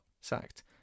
sacked